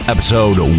Episode